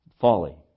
folly